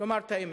לומר את האמת,